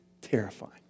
terrifying